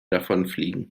davonfliegen